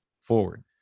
forward